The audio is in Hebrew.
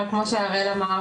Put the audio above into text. אבל כמו שהראל אמר,